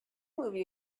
movie